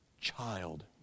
child